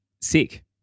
sick